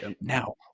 Now